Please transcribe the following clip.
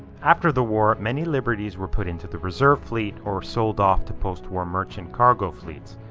after the war, many liberties were put into the reserve fleet or sold off to post-war merchant cargo fleets.